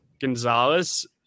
Gonzalez